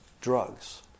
drugs